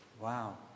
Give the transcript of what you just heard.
Wow